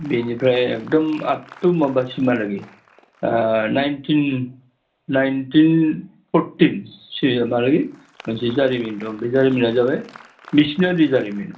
बेनिफ्राय एकदम आपटु माबासिमहालागै नाइनटिन फरटिन सिमहालागै मोनसे जारिमिन दं बे जारिमिना जाबाय मिशनारि जारिमिन